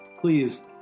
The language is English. Please